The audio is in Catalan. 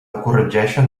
corregeixen